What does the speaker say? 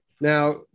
now